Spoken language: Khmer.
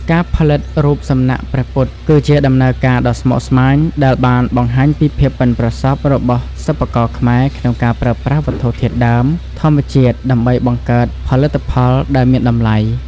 ការផលិតរូបសំណាកព្រះពុទ្ធ គឺជាដំណើរការដ៏ស្មុគស្មាញដែលបានបង្ហាញពីភាពប៉ិនប្រសប់របស់សិប្បករខ្មែរក្នុងការប្រើប្រាស់វត្ថុធាតុដើមធម្មជាតិដើម្បីបង្កើតផលិតផលដែលមានតម្លៃ។